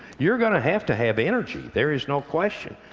you're going to have to have energy. there is no question.